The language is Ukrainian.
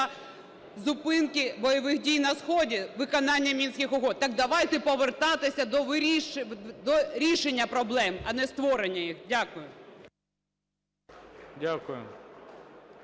зупинки бойових дій на сході, виконання Мінських угод. Так давайте повертатися до рішення проблем, а не створення їх. Дякую.